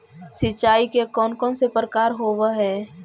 सिंचाई के कौन कौन से प्रकार होब्है?